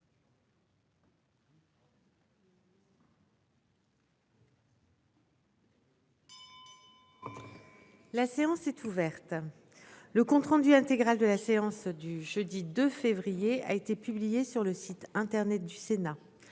La séance est ouverte. Le compte-rendu intégral de la séance du jeudi 2 février, a été publié sur le site internet du Sénat.